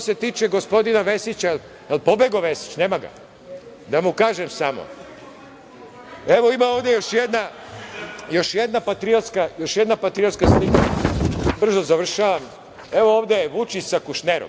se tiče gospodina Vesića, da li je pobegao Vesić, nema ga? Da mu kažem samo, evo, ima ovde još jedna patriotska slika, brzo završavam, evo ovde je Vučić sa Kušnerom.